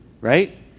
right